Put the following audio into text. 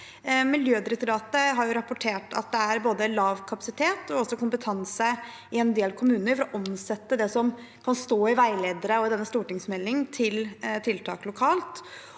Miljødirektoratet har rapportert at det er både lav kapasitet og kompetanse i en del kommuner til å omsette det som kan stå i veiledere og i denne stortingsmeldingen, til tiltak lokalt,